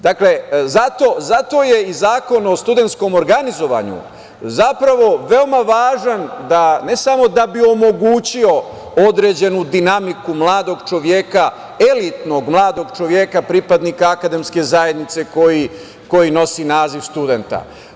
Dakle, zato je i Zakon o studentskom organizovanju, zapravo, veoma važan, ne samo da bi omogućio određenu dinamiku mladog čoveka, elitnog mladog čoveka, pripadnika akademske zajednice, koji nosi naziv studenta.